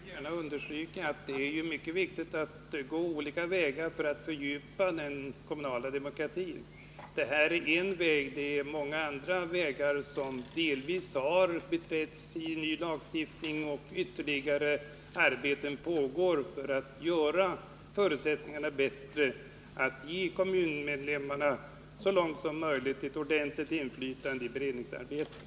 Herr talman! Jag vill understryka att det är mycket viktigt att man går olika vägar för att fördjupa den kommunala demokratin. Det här är en väg, men många andra vägar har delvis prövats genom ny lagstiftning och ytterligare arbeten pågår för att förbättra förutsättningarna för att så långt som möjligt ge kommunmedlemmarna ett ordentligt inflytande i beredningsarbetet.